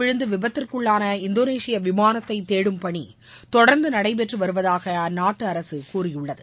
விழுந்து விபத்திற்குள்ள இந்தோனேஷிய விமானத்தைத் தேடும் பணி தொடர்ந்து கடலில் நடைபெற்று வருவதாக அந்நாட்டு அரசு கூறியுள்ளது